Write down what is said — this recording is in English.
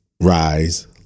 rise